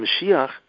Mashiach